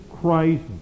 Christ